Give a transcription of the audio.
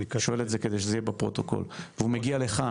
אני שואל את זה כדי שזה יהיה בפרוטוקול והוא מגיע לכאן?